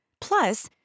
Plus